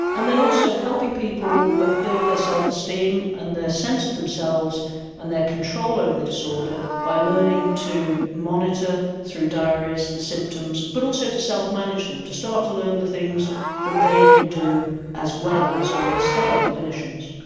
and then also helping people both build their self esteem and their sense of themselves and their control over their disorder by learning to monitor through diaries the symptoms. but also to self manage them, to start to learn the things that they can do as well as, or instead of clinicians.